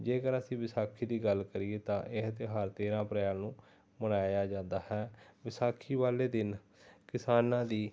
ਜੇਕਰ ਅਸੀਂ ਵਿਸਾਖੀ ਦੀ ਗੱਲ ਕਰੀਏ ਤਾਂ ਇਹ ਤਿਉਹਾਰ ਤੇਰ੍ਹਾਂ ਅਪ੍ਰੈਲ ਨੂੰ ਮਨਾਇਆ ਜਾਂਦਾ ਹੈ ਵਿਸਾਖੀ ਵਾਲੇ ਦਿਨ ਕਿਸਾਨਾਂ ਦੀ